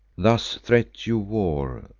thus threat you war?